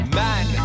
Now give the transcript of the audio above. man